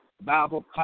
Bible